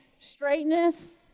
straightness